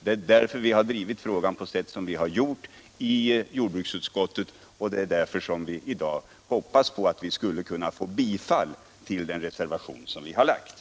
Det är därför som vi har drivit frågan på sätt som vi har gjort i jordbruksutskottet, och det är därför som vi i dag hoppas på riksdagens bifall till den reservation som vi har avgivit.